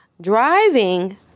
driving